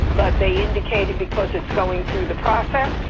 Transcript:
but they indicated, because it's going through the process,